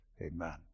Amen